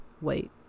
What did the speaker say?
wait